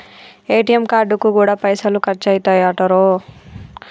ATM కార్డుకు గూడా పైసలు ఖర్చయితయటరో